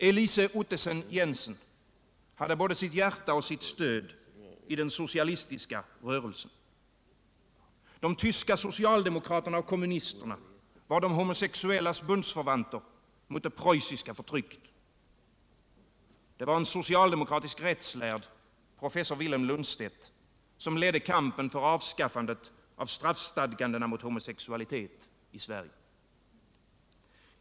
Elise Ottesen-Jensen hade både sitt hjärta och sitt stöd i den socialistiska rörelsen. De tyska socialdemokraterna och kommunisterna var de homosexuellas bundsförvanter mot det preussiska förtrycket. Det var en socialdemokratisk rättslärd, professor Vilhelm Lundstedt, som ledde kampen för avskaffande av straffstadgandena mot homosexualitet i Sverige.